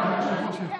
אדוני היושב-ראש,